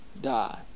die